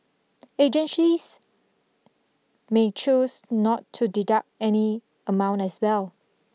agencies may choose not to deduct any amount as well